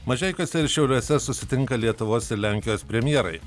mažeikiuose ir šiauliuose susitinka lietuvos ir lenkijos premjerai